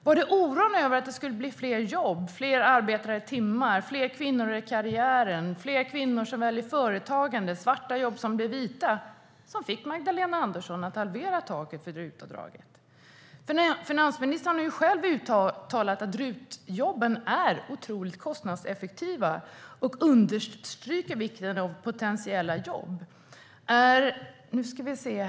Var det oron över att det skulle bli fler jobb, fler arbetade timmar, fler kvinnor i karriären, fler kvinnor som väljer företagande, svarta jobb som blir vita, som fick Magdalena Andersson att halvera taket för RUT-avdraget? Finansministern har själv uttalat att RUT-jobben är otroligt kostnadseffektiva, och hon understryker vikten av potentiella jobb.